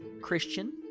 Christian